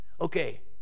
Okay